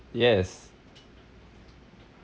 yes